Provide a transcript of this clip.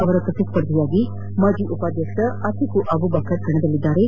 ಅವರ ಪ್ರತಿಸ್ಪರ್ಧಿಯಾಗಿ ಮಾಜಿ ಉಪಾಧ್ಯಕ್ಷ ಅತಿಕು ಅಬುಬಕರ್ ಕಣಕ್ಕಿಳಿದಿದ್ದು